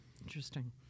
interesting